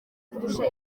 kurusha